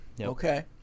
Okay